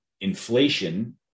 inflation